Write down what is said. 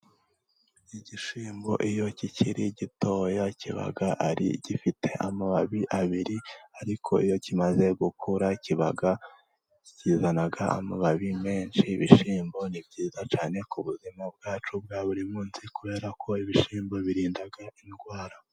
Igishyimbo iyo kikiri gitoya kiba gifite amababi abiri. Ariko iyo kimaze gukura kizana amababi menshi. Ibishyimbo ni byiza cyane ku buzima bwacu bwa buri munsi kubera ko ibishyimbo birinda indwara.